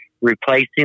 replacing